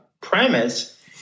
premise